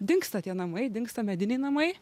dingsta tie namai dingsta mediniai namai